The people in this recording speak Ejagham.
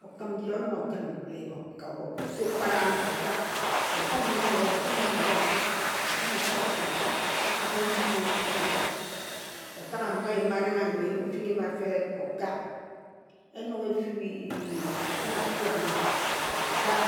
Okhim nji okhim onogo osu kparang okak, o gog ngare eya, ocho ngare eya okak, okin atabasi okak, okaka ejim o, okhin okak, okak amighe eyim mma a rengha ano eyim ofinghi mma feeb, okak. Enog efui, okhin aku ama okak,